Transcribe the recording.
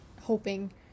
hoping